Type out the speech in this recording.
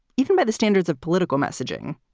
even by the standards of political messaging.